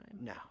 No